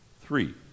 three